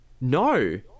no